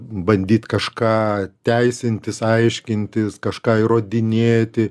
bandyt kažką teisintis aiškintis kažką įrodinėti